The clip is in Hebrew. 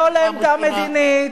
לא לעמדה מדינית,